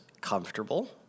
comfortable